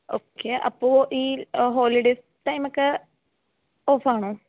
okay അപ്പോൾ ഈ holidays ടൈമൊക്കെ ഓഫ് ആണോ